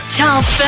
Charles